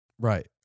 right